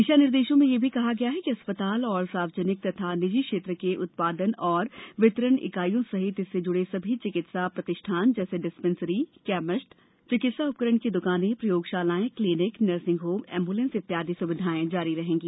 दिशा निर्देशों में यह भी कहा गया है कि अस्पण्ताल और सार्वजनिक और निजी क्षेत्र के उत्पादन तथा वितरण इकाइयों सहित इससे जुड़े सभी चिकित्सा प्रतिष्ठान जैसे डिस्पेंसरी कैमिस्ट चिकित्सा उपकरण की दुकानें प्रयोगशालाएं क्लीनिक नर्सिंग होम एंब्रलेंस इत्यादि सुविधाएं जारी रहेंगी